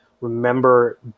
remember